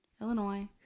illinois